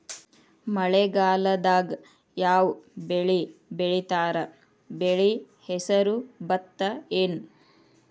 ಮಳೆಗಾಲದಾಗ್ ಯಾವ್ ಬೆಳಿ ಬೆಳಿತಾರ, ಬೆಳಿ ಹೆಸರು ಭತ್ತ ಏನ್?